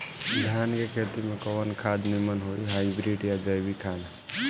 धान के खेती में कवन खाद नीमन होई हाइब्रिड या जैविक खाद?